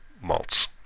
malts